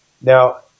Now